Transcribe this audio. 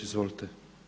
Izvolite.